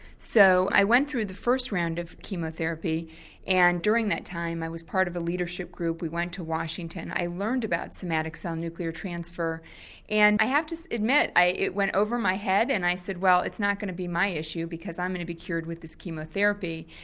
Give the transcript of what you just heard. so i went through the first round of chemo therapy and during that time i was part of a leadership group, we went to washington, i learned about somatic cell nuclear transfer and i have to admit it went over my head and i said well it's not going to be my issue because i'm going to be cured with this chemo therapy.